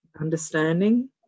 understanding